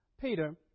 Peter